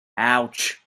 ouch